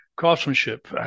craftsmanship